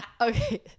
okay